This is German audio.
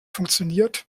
funktioniert